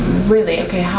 really okay, how?